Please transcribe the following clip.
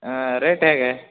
ಹಾಂ ರೇಟ್ ಹೇಗೆ